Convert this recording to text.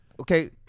okay